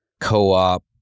co-op